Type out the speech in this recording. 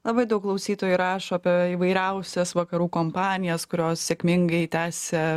labai daug klausytojų rašo apie įvairiausias vakarų kompanijas kurios sėkmingai tęsia